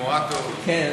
כן כן,